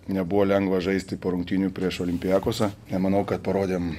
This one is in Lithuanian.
nebuvo lengva žaisti po rungtynių prieš olympiakosą nemanau kad parodėm